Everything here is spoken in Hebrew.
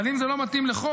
אבל אם זה לא מתאים לחוק